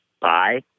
bye